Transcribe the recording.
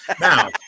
now